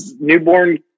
newborn